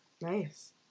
Nice